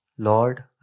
Lord